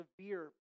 severe